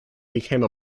became